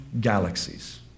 galaxies